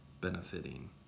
benefiting